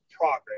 progress